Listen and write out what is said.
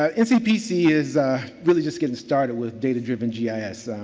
um ncpc is really just getting started with data driven gis.